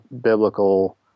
biblical